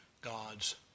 God's